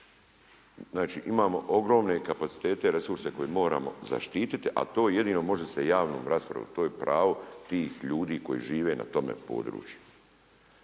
Znači imamo ogromne kapacitete i resurse koje moramo zaštititi, a to jedino može se javnom raspravom. To je pravo tih ljudi koji žive na tome području.